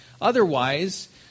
Otherwise